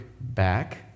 back